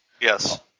Yes